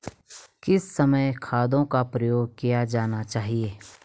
किस समय खादों का प्रयोग किया जाना चाहिए?